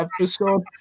episode